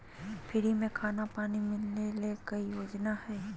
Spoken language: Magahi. फ्री में खाना पानी मिलना ले कोइ योजना हय?